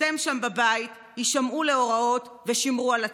אתם שם בבית, הישמעו להוראות ושמרו על עצמכם.